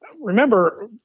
remember